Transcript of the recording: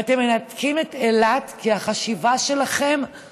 ואתם מנתקים את אילת כי החשיבה שלכם היא